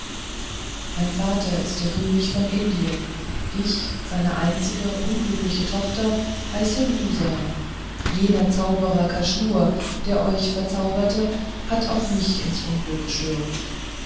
mein vater ist der könig von indien ich seine einzige unglückliche tochter heiße lusa jener zauberer kaschnur der euch verzauberte hat auch mich ins unglück gestürzt